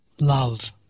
love